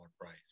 price